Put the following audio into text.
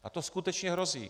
A to skutečně hrozí.